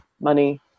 money